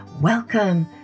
Welcome